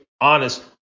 honest